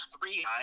three